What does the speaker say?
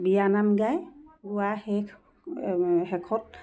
বিয়ানাম গায় গোৱা শেষ শেষত